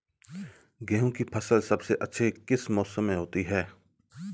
गेंहू की फसल सबसे अच्छी किस मौसम में होती है?